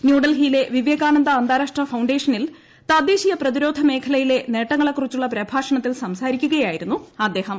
ന്യൂഡൽഹിയിലെ വിവേകാനന്ദാ അന്താരാഷ്ട്ര ഫൌണ്ടേഷനിൽ തദ്ദേശീയ പ്രതിരോധ മേഖലയിലെ നേട്ടങ്ങളെക്കുറിച്ചുള്ള പ്രഭാഷണത്തിൽ സംസാരിക്കുകയായിരുന്നു അദ്ദേഹം